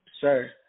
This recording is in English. Sir